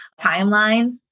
timelines